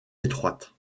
étroite